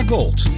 Gold